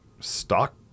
stock